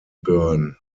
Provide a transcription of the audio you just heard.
burn